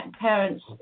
parents